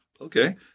Okay